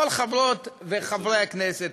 כל חברות וחברי הכנסת,